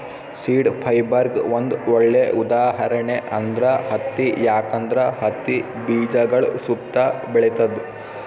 seed ಫೈಬರ್ಗ್ ಒಂದ್ ಒಳ್ಳೆ ಉದಾಹರಣೆ ಅಂದ್ರ ಹತ್ತಿ ಯಾಕಂದ್ರ ಹತ್ತಿ ಬೀಜಗಳ್ ಸುತ್ತಾ ಬೆಳಿತದ್